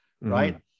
right